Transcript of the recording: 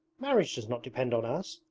marriage does not depend on us.